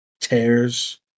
tears